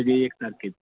सगळे एकसारखेच